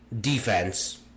defense